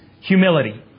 Humility